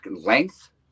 length